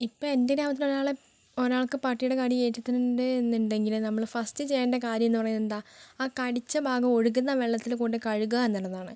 ഇപ്പോൾ എന്തിനാ ഒരാളെ ഒരാൾക്ക് പട്ടിയുടെ കടി ഏറ്റിട്ടുണ്ട് എന്നുണ്ടെങ്കിൽ നമ്മൾ ഫസ്റ്റ് ചെയ്യേണ്ട കാര്യം എന്ന് പറയുന്നത് എന്താ ആ കടിച്ച ഭാഗം ഒഴുകുന്ന വെള്ളത്തിൽ കൊണ്ട് കഴുകുക എന്നുള്ളതാണ്